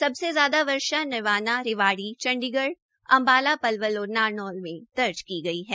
सबसे ज्यादा वर्षा नरवाना रेवाड़ी चण्डीगढ़ अंबाला पलवल और नारनौल में दर्ज की गई है